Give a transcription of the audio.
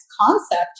concept